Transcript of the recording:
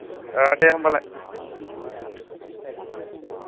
दे होनबालाय